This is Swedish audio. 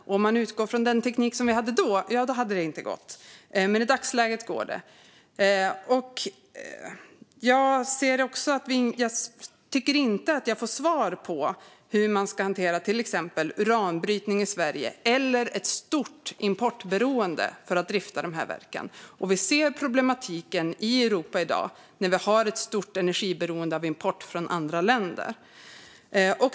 Om man utgår från den teknik som vi hade då hade det inte gått. Men i dagsläget går det. Jag tycker inte att jag får svar på hur man ska hantera till exempel uranbrytning i Sverige eller ett stort importberoende för att drifta verken. Vi ser problematiken i Europa i dag när vi har ett stort beroende av energiimport från andra länder.